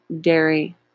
dairy